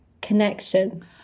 connection